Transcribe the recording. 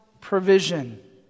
provision